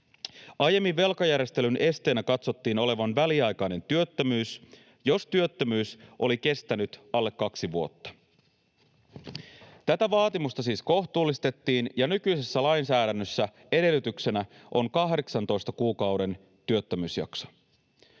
Aiemmin velkajärjestelyn esteenä katsottiin olevan väliaikainen työttömyys, jos työttömyys oli kestänyt alle kaksi vuotta. Tätä vaatimusta siis kohtuullistettiin, ja nykyisessä lainsäädännössä edellytyksenä on 18 kuukauden työttömyysjakso.